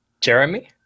Jeremy